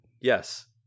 Yes